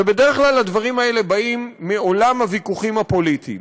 ובדרך כלל הדברים האלה באים מעולם הוויכוחים הפוליטיים.